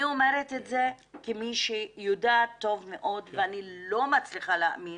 אני אומרת את זה כמי שיודעת טוב מאוד ואני לא מצליחה להאמין